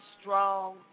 strong